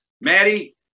Maddie